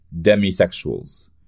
demisexuals